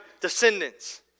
descendants